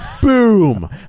Boom